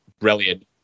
brilliant